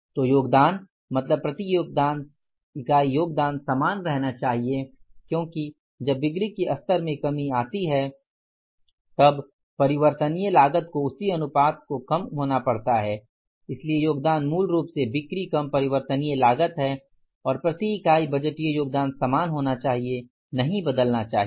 तो योगदान मतलब प्रति इकाई योगदान समान रहना चाहिए क्योंकि जब बिक्री के स्तर में कमी आती है तब परिवर्तनीय लागत को उसी अनुपात को कम होना पड़ता है इसलिए योगदान मूल रूप से बिक्री कम परिवर्तनीय लागत है और प्रति यूनिट बजटीय योगदान समान होना चाहिए नहीं बदलना चाहिए